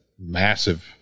massive